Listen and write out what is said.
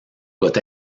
doit